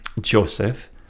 Joseph